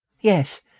Yes